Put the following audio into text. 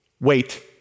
Wait